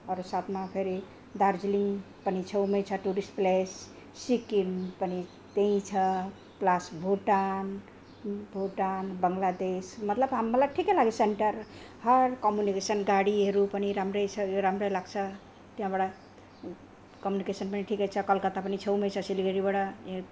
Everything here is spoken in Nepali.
अरू साथमा फेरि दार्जिलिङ पनि छेउमै छ टुरिस्ट प्लेस सिक्किम पनि त्यहीँ छ प्लस भुटान भुटान बङ्लादेश मतलब मलाई ठिकै लाग्यो सेन्टर हर कम्युनिकेसन गाडीहरू पनि राम्रै छ यो राम्रै लाग्छ त्यहाँबाट कम्युनिकेसन पनि ठिकै छ कलकत्ता पनि छेउमै छ सिलगढीबाट